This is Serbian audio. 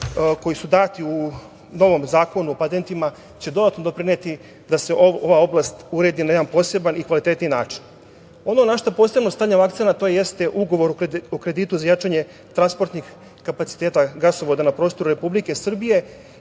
koji su dati u novom Zakonu o patentima će dodatno doprineti da se ova oblast uredi na jedan poseban i kvalitetniji način. Ono na šta posebno stavljam akcenat to jeste ugovor o kreditu za jačanje transportnih kapaciteta gasovoda na prostoru Republike Srbije